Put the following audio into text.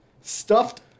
stuffed